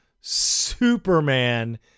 superman